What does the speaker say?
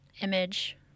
image